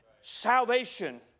Salvation